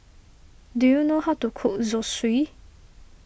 do you know how to cook Zosui